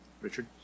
Richard